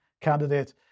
candidate